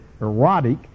erotic